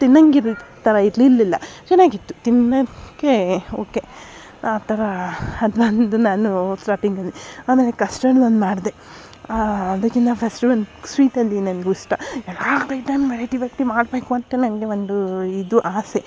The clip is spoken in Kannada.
ತಿನ್ನಂಗಿದಿದ್ ಥರ ಇರ್ಲಿಲ್ಲಿಲ್ಲ ಚೆನ್ನಾಗಿತ್ತು ತಿನ್ನಕ್ಕೆ ಓಕೆ ಆ ಥರ ಅದು ಒಂದು ನಾನು ಸ್ಟಾರ್ಟಿಂಗಲ್ಲಿ ಆಮೇಲೆ ಕಸ್ಟಡ್ ಒಂದು ಮಾಡಿದೆ ಅದಕ್ಕಿನ್ನ ಫಸ್ಟು ಒಂದು ಸ್ವೀಟಲ್ಲಿ ನನಗೂ ಇಷ್ಟ ಯಾವಾಗ ಇದನ್ನು ವೆರೈಟಿ ವೆರೈಟಿ ಮಾಡಬೇಕು ಅಂತ ನನಗೆ ಒಂದು ಇದು ಆಸೆ